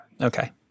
Okay